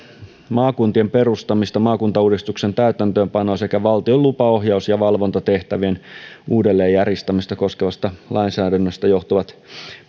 maakuntien perustamista maakuntauudistuksen täytäntöönpanoa sekä valtion lupa ohjaus ja valvontatehtävien uudelleenjärjestämistä koskevasta lainsäädännöstä johtuvat